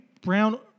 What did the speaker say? Brown